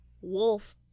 wolf